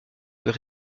plus